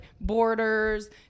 borders